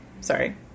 sorry